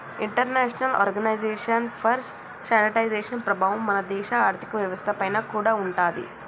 international organization for standardization ప్రభావం మన దేశ ఆర్ధిక వ్యవస్థ పైన కూడా ఉంటాది